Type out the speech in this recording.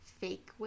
fake